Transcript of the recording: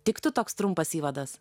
tiktų toks trumpas įvadas